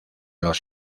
los